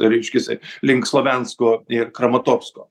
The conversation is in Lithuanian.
reiškiasi link slovjansko ir kramatovsko